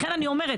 לכן אני אומרת,